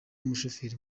umushoferi